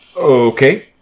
Okay